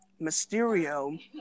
Mysterio